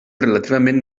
relativament